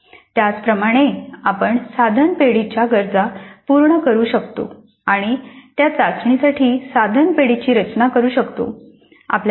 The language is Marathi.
त्याचप्रमाणे आपण साधन पेढीेच्या गरजा पूर्ण करू शकतो आणि त्या चाचणीसाठी साधन पेढीेची रचना करू शकतो